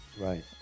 right